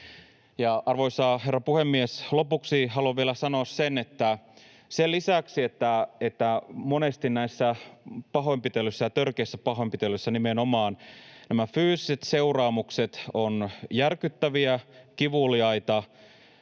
Arvoisa herra puhemies! Lopuksi haluan vielä sanoa, että sen lisäksi, että monesti näissä pahoinpitelyissä ja nimenomaan törkeissä pahoinpitelyissä fyysiset seuraamukset ovat järkyttäviä ja kivuliaita